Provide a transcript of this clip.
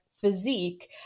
physique